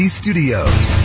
studios